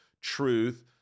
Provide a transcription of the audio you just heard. truth